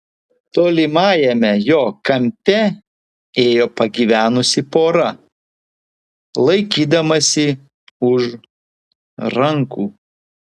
tolimajame jo kampe ėjo pagyvenusi pora laikydamasi už rankų